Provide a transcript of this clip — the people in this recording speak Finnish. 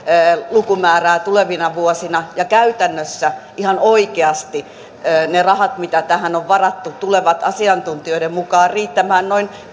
lukumäärää tulevina vuosina ja käytännössä ihan oikeasti ne rahat mitä tähän on varattu tulevat asiantuntijoiden mukaan riittämään noin